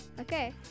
Okay